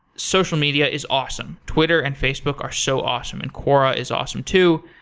social media is awesome. twitter and facebook are so awesome, and quora is awesome too.